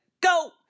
Go